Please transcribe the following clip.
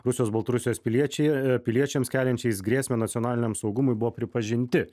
rusijos baltarusijos piliečiai piliečiams keliančiais grėsmę nacionaliniam saugumui buvo pripažinti